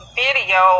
video